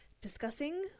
discussing